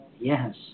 Yes